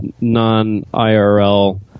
non-irl